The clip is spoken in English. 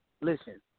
Listen